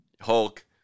hulk